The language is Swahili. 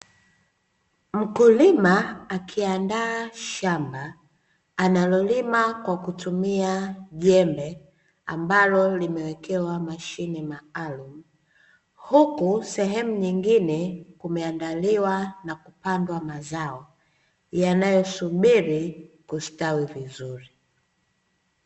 Mkulima akiandaa shamba, analolima kwa kutumia jembe, ambalo limewekewa mashine maalumu. Huku sehemu nyingine kumeandaliwa na kupandwa mazao, yanayosubiri kustawi vizuri.